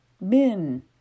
min